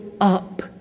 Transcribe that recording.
up